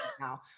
now